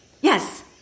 Yes